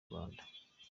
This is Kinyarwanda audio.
rwanda